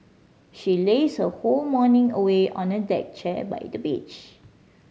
she lazed her whole morning away on a deck chair by the beach